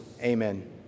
Amen